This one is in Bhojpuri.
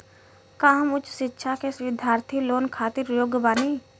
का हम उच्च शिक्षा के बिद्यार्थी लोन खातिर योग्य बानी?